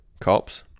Cops